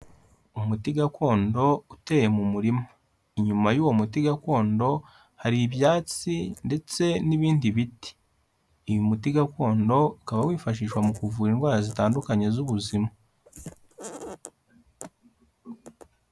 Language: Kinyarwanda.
Umuti gakondo uteye mu murima, inyuma y'uwo muti gakondo hari ibyatsi ndetse n'ibindi biti, uyu muti gakondo ukaba wifashishwa mu kuvura indwara zitandukanye z'ubuzima.